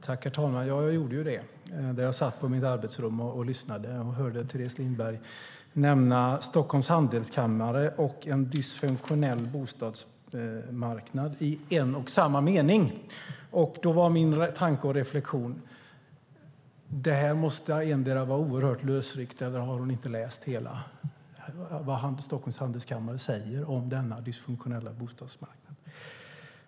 Herr talman! Jag satt på mitt arbetsrum och lyssnade och hörde Teres Lindberg nämna Stockholms Handelskammare och en dysfunktionell bostadsmarknad i en och samma mening. Då var min tanke och reflexion att det här måste antingen vara oerhört lösryckt eller så har hon inte läst allt som Stockholms Handelskammare skriver om denna dysfunktionella bostadsmarknad.